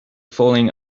falling